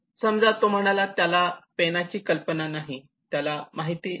समजा तो म्हणाला त्याला पेनाची कल्पना नाही त्याला माहिती नाही